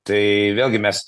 tai vėlgi mes